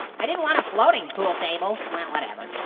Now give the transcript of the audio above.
i didn't want a floating pool table. well, whatever.